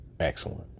Excellent